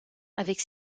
avec